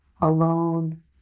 alone